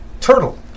turtle